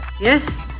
Yes